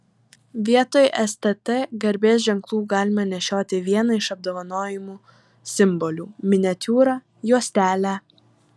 vietoj stt garbės ženklų galima nešioti vieną iš apdovanojimų simbolių miniatiūrą juostelę